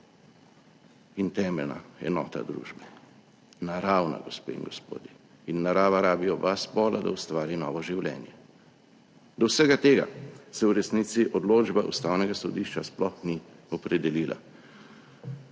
in temeljna enota družbe. Naravna, gospe in gospodje, in narava rabi oba spola, da ustvari novo življenje. Do vsega tega se v resnici odločba Ustavnega sodišča sploh ni opredelila.